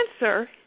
answer